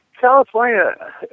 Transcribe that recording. California